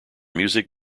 music